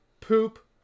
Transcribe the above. poop